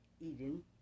Eden